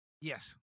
Yes